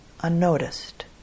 unnoticed